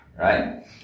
right